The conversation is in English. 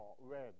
Red